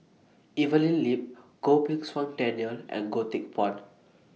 Evelyn Lip Goh Pei Siong Daniel and Goh Teck Phuan